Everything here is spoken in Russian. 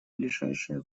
ближайшее